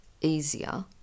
easier